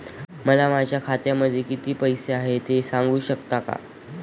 मला माझ्या खात्यामध्ये किती पैसे आहेत ते सांगू शकता का?